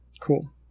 cool